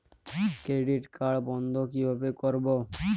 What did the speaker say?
Credit card বন্ধ কিভাবে করবো?